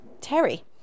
Terry